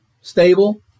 stable